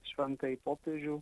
šventąjį popiežių